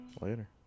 later